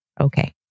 Okay